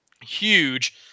huge